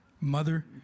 Mother